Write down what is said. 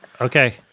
Okay